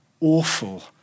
awful